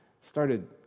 started